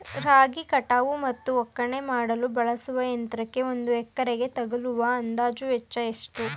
ರಾಗಿ ಕಟಾವು ಮತ್ತು ಒಕ್ಕಣೆ ಮಾಡಲು ಬಳಸುವ ಯಂತ್ರಕ್ಕೆ ಒಂದು ಎಕರೆಗೆ ತಗಲುವ ಅಂದಾಜು ವೆಚ್ಚ ಎಷ್ಟು?